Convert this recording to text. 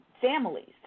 families